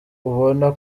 ubona